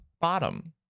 bottom